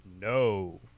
no